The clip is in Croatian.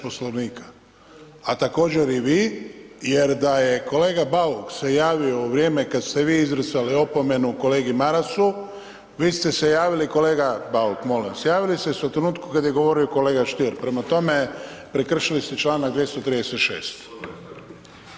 Poslovnika, a također i vi jer da je kolega Bauk se javio u vrijeme kad ste vi izricali opomenu kolegi Marasu, vi ste se javili kolega Bauk molim vas, javili ste se u trenutku kad je govorio kolega Stier, prema tome prekršili ste Članak 236.